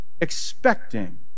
expecting